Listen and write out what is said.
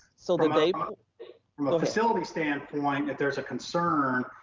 sort of they but from a facility standpoint, if there's a concern,